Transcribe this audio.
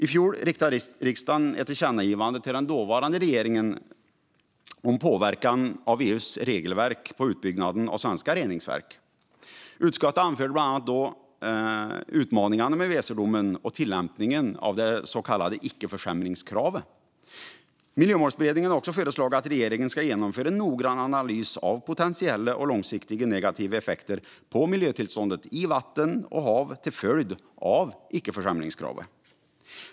I fjol riktade riksdagen ett tillkännagivande till den dåvarande regeringen om EU:s regelverks påverkan på utbyggnaden av svenska reningsverk. Utskottet anförde bland annat då utmaningarna med Weserdomen och tillämpningen av det så kallade icke-försämringskravet. Miljömålsberedningen har också föreslagit att regeringen ska genomföra en noggrann analys av potentiella och långsiktiga negativa effekter på miljötillståndet i vatten och hav till följd av icke-försämringskravet.